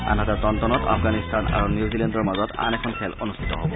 আনহাতে টনটনত আফগানিস্তান আৰু নিউজিলেণ্ডৰ মাজত আন এখন খেল অনুষ্ঠিত হব